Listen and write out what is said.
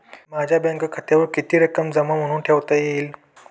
माझ्या बँक खात्यावर किती रक्कम जमा म्हणून ठेवता येईल?